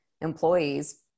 employees